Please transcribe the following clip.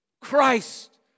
Christ